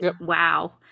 wow